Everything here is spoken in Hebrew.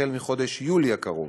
מחודש יולי הקרוב.